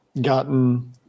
gotten